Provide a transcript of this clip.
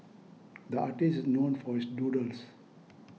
the artist is known for his doodles